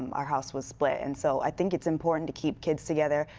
our house was split and so i think it's important to keep kids together.